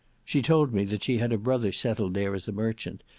she told me that she had a brother settled there as a merchant,